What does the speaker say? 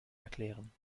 erklären